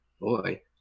boy